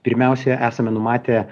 pirmiausia esame numatę